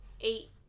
eight